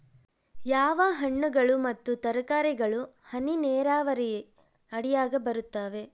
ಯಾವ ಹಣ್ಣುಗಳು ಮತ್ತು ತರಕಾರಿಗಳು ಹನಿ ನೇರಾವರಿ ಅಡಿಯಾಗ ಬರುತ್ತವೆ?